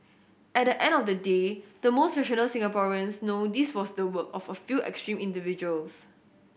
at the end of the day the most rational Singaporeans know this was the work of a few extreme individuals